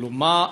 כלומר,